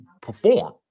perform